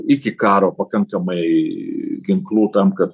iki karo pakankamai ginklų tam kad